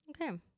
okay